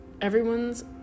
everyone's